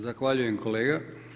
Zahvaljujem kolega.